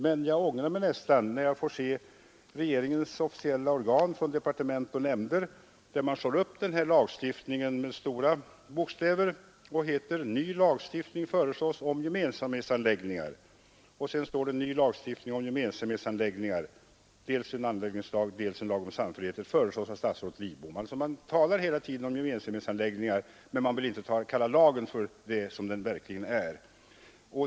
Men jag ångrar mig nästan när jag får se regeringens officiella organ Departementsnytt, där man slår upp den här lagstiftningen med stora bokstäver och säger att en ny lagstiftning föreslås om gemensamhetsanläggningar. Sedan talas det om dels en anläggningslag, dels en samfällighetslag. Detta föreslås av statsrådet Lidbom. Man talar hela tiden om gemensamhetsanläggningar, men man vill inte kalla lagen för det som den verkligen är.